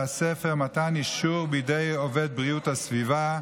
הספר (מתן אישור בידי עובד בריאות הסביבה),